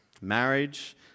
marriage